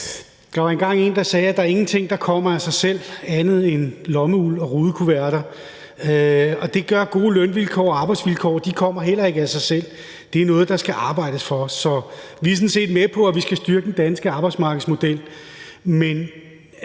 Der var engang en, der sagde, at ingenting kommer af sig selv, andet end lommeuld og rudekuverter, og gode lønvilkår og arbejdsvilkår kommer heller ikke af sig selv – det er noget, der skal arbejdes for. Så vi er sådan set med på, at vi skal styrke den danske arbejdsmarkedsmodel,